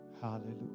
Hallelujah